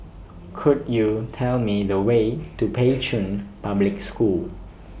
Could YOU Tell Me The Way to Pei Chun Public School